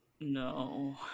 no